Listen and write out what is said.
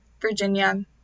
Virginia